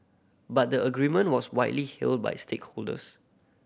but the agreement was widely hailed by stakeholders